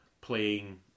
playing